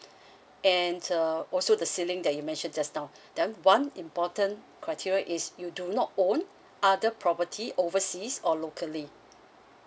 and uh also the ceiling that you mentioned just now then one important criteria is you do not own other property overseas or locally